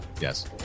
Yes